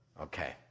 Okay